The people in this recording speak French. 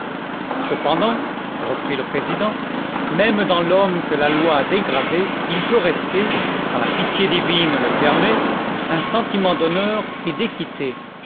cependant reprit le président même dans l'homme que la loi a dégradé il peut rester quand la pitié divine le permet un sentiment d'honneur et d'équité